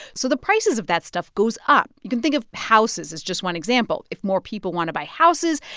so the prices of that stuff goes up. you can think of houses as just one example. if more people want to buy houses,